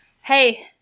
Hey